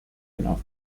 after